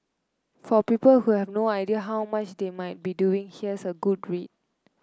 for people who have no idea how much they might be doing here's a good read